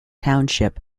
township